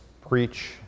preach